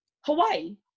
Hawaii